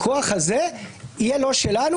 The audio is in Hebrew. הכוח הזה יהיה לא שלנו,